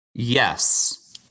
Yes